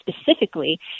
specifically